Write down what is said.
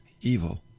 evil